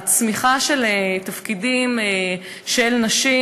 הצמיחה של תפקידים של נשים,